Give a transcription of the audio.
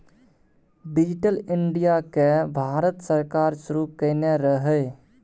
digital India केँ भारत सरकार शुरू केने रहय